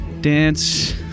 dance